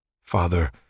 Father